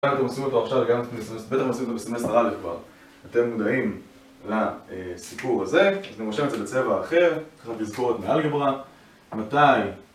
גם אם אתם עושים אותו עכשיו, וגם אם - בטח עשיתם אותו בסמסטר א' כבר - אתם מודעים לסיפור הזה, אני רושם את זה בצבע אחר, ככה, תזכורת מאלגברה, מתי